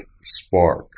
spark